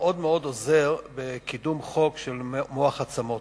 מאוד מאוד עוזר בקידום חוק מאגר מוח עצם,